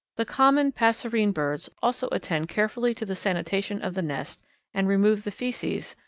the common passerine birds also attend carefully to the sanitation of the nest and remove the feces,